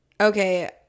okay